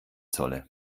solle